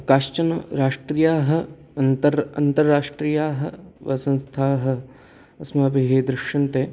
काश्चन राष्ट्रियाः अन्तर् अन्ताराष्ट्रियाः वा संस्थाः अस्माभिः दृश्यन्ते